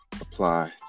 apply